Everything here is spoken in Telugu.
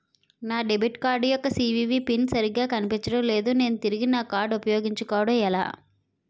నా డెబిట్ కార్డ్ యెక్క సీ.వి.వి పిన్ సరిగా కనిపించడం లేదు నేను తిరిగి నా కార్డ్ఉ పయోగించుకోవడం ఎలా?